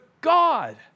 God